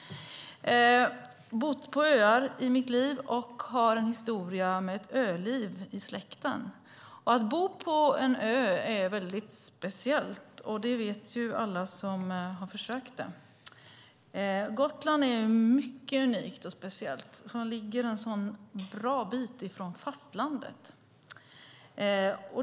Jag har bott på öar i mitt liv, och har en historia av öliv i släkten. Att bo på en ö är speciellt, och det vet alla som har försökt. Gotland är unikt, och det ligger en bra bit från fastlandet.